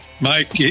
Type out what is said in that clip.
Mike